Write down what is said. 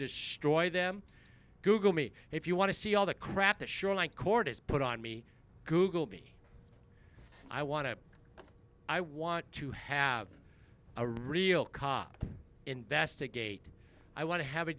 destroy them google me if you want to see all the crap that sure like court is put on me google me i want to i want to have a real cop investigate i want to have a